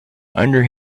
under